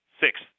Six